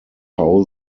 how